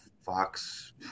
Fox